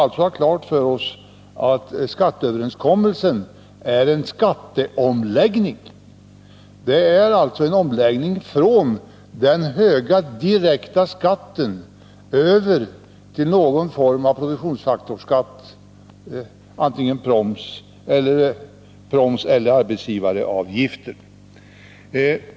Vi får ha klart för oss att skatteöverenskommelsen är en skatteomläggning från en hög direkt skatt till någon form av produktionsfaktorsskatt, antingen proms eller arbetsgivaravgifter.